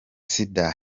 sida